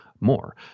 more